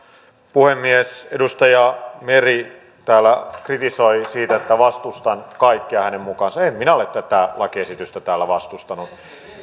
puhemies edustaja meri täällä kritisoi sitä että vastustan kaikkea hänen mukaansa en minä ole tätä lakiesitystä täällä vastustanut